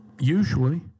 Usually